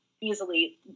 easily